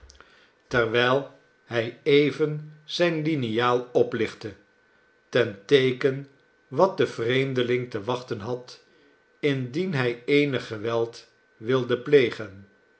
terwijl hij even zijne liniaal oplichtte ten teeken wat de vreemdeling te wachten had indien hij eenig geweld wilde plegen